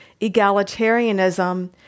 egalitarianism